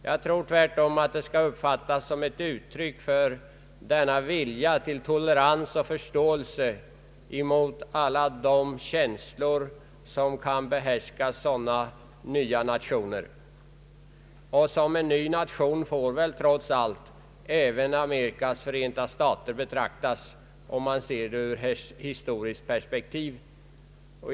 Jag tror tvärtom att ett bibehållande av bestämmelsen skulle uppfattas som ett uttryck för vilja till tolerans och förståelse för de känslor som kan behärska sådana nya nationer. Såsom en ny nation får väl trots allt även Amerikas förenta stater betraktas, om vi ser det hela ur historiskt perspektiv.